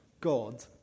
God